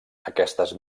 aquestes